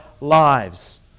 lives